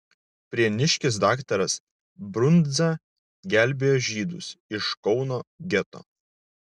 prieniškis daktaras brundza gelbėjo žydus iš kauno geto